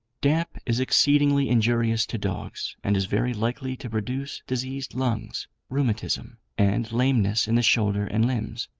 damp is exceedingly injurious to dogs, and is very likely to produce diseased lungs, rheumatism, and lameness in the shoulder and limbs.